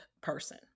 person